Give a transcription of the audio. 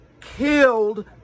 killed